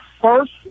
first